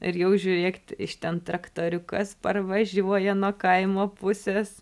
ir jau žiūrėk iš ten traktoriukas parvažiuoja nuo kaimo pusės